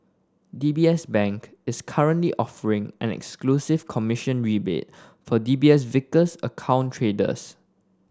D B S Bank is currently offering an exclusive commission rebate for D B S Vickers account traders